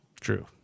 True